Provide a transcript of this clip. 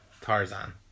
Tarzan